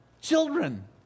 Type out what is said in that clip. children